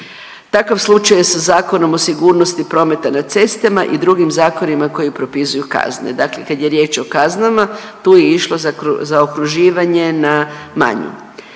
Takav slučaj je sa Zakonom o sigurnosti prometa na cestama i drugim zakonima koji propisuju kazne. Dakle, kad je riječ o kaznama tu je išlo zaokruživanje na manje.